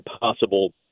possible